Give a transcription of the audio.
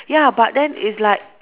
ya but then it's like